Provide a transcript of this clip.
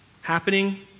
happening